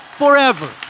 forever